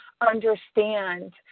understand